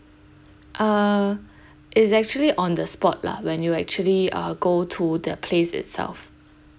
uh it's actually on the spot lah when you actually uh go to the place itself